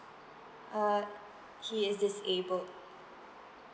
uh he is disabled